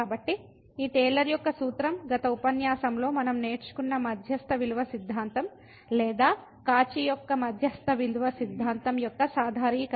కాబట్టి ఈ టేలర్ యొక్క సూత్రం గత ఉపన్యాసంలో మనం నేర్చుకున్న మధ్యస్థ విలువ సిద్ధాంతం లేదా కాచి యొక్క మధ్యస్థ విలువ సిద్ధాంతం యొక్క సాధారణీకరణ